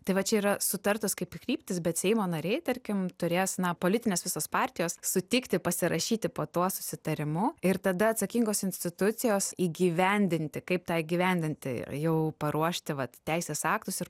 tai va čia yra sutartos kaip ir kryptys bet seimo nariai tarkim turės na politinės visos partijos sutikti pasirašyti po tuo susitarimu ir tada atsakingos institucijos įgyvendinti kaip tą įgyvendinti jau paruošti vat teisės aktus ir